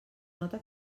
nota